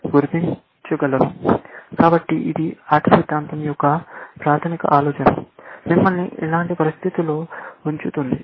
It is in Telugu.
కాబట్టి ఇది ఆట సిద్ధాంతం యొక్క ప్రాథమిక ఆలోచన మిమ్మల్ని ఇలాంటి పరిస్థితిలో ఉంచుతుంది